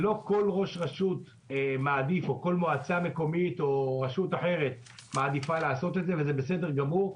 שלא כל ראש רשות או מועצה מקומית מעדיפים לעשות את זה וזה בסדר גמור,